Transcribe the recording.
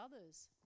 others